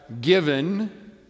given